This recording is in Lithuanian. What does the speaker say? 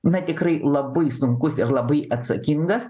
na tikrai labai sunkus ir labai atsakingas